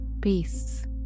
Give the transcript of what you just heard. peace